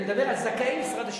אני מדבר על זכאי משרד השיכון.